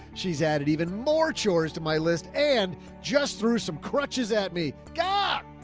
she's added even more chores to my list and just threw some crutches at me. god,